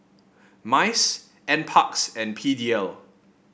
MICE NParks and P D L